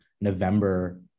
November